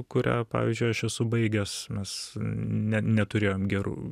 kurią pavyzdžiui aš esu baigęs mes ne neturėjom gerų